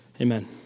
Amen